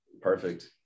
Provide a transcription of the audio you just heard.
perfect